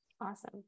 awesome